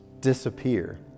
disappear